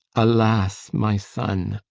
alas, my son,